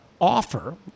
offer